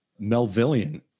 Melvillian